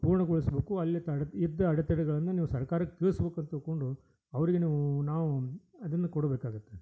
ಪೂರ್ಣಗೊಳಿಸ್ಬೇಕು ಅಲ್ಲಿ ತಡ್ದು ಇದ್ದ ಅಡೆತಡೆಗಳನ್ನು ನೀವು ಸರ್ಕಾರಕ್ಕೆ ತಿಳಿಸ್ಬೇಕ್ ಅಂತ ತಿಳ್ಕೊಂಡು ಅವರಿಗೆ ನೀವೂ ನಾವು ಅದನ್ನು ಕೊಡಬೇಕಾಗುತ್ತೆ